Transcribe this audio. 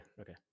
Okay